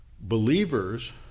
believers